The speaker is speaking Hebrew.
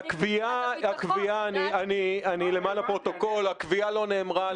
למען הפרוטוקול, למיטב הבנתי, הקביעה לא נאמרה.